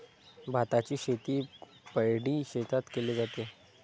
भाताची शेती पैडी शेतात केले जाते